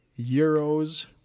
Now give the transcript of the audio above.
euros